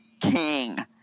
king